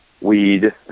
weed